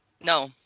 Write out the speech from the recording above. No